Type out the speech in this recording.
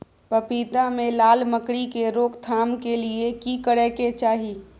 पपीता मे लाल मकरी के रोक थाम के लिये की करै के चाही?